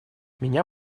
меня